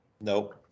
Nope